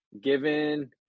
given